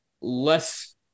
less